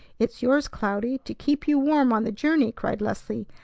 it's yours, cloudy, to keep you warm on the journey! cried leslie,